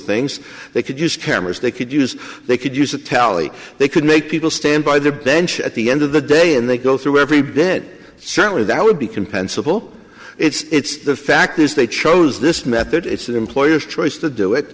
things they could use cameras they could use they could use a tally they could make people stand by the bench at the end of the day and they go through every bit certainly that would be compensable it's the fact is they chose this method it's the employers choice to do it